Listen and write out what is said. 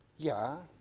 yeah,